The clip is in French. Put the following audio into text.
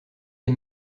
des